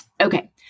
Okay